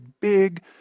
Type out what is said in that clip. big